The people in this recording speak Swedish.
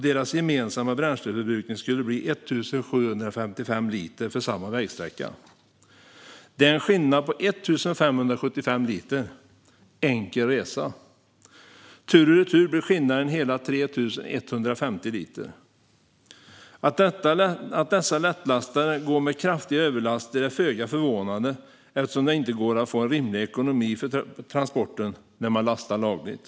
Deras gemensamma bränsleförbrukning skulle bli ca 1 755 liter för samma vägsträcka. Det är en skillnad på 1 575 liter - enkel resa! Tur och retur blir skillnaden hela 3 150 liter. Att dessa lättlastare går med kraftiga överlaster är föga förvånande eftersom det inte går att få en rimlig ekonomi för transporten när man lastar lagligt.